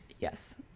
Yes